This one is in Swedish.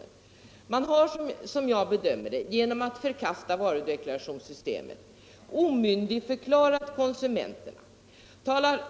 Man har, som jag bedömer det, genom att förkasta varudeklarationssystemet omyndigförklarat konsumenterna.